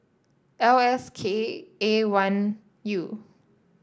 L S K A one U